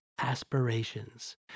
Aspirations